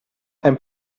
ein